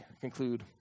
conclude